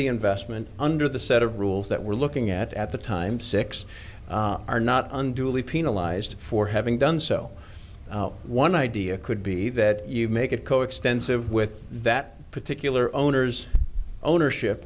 the investment under the set of rules that we're looking at at the time six are not unduly penalized for having done so one idea could be that you make it coextensive with that particular owner's ownership